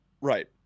Right